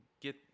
get